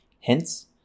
Hence